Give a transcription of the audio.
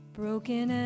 broken